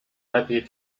lepiej